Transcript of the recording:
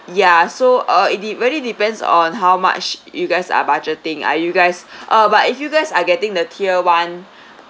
ya so uh it de~ very depends on how much you guys are budgeting are you guys uh but if you guys are getting the tier one